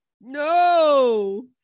No